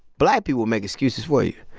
black people make excuses for you.